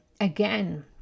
again